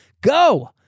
go